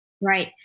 Right